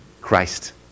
Christ